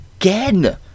again